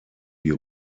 die